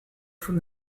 from